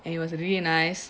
and it was really nice